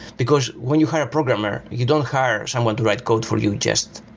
because when you hire a programmer, you don't hire someone to write code for you just.